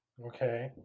Okay